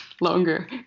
longer